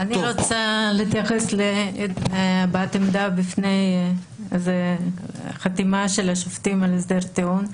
אני רוצה להתייחס להבעת עמדה לפני חתימה של השופטים על הסדר טיעון.